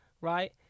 right